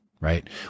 right